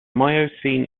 miocene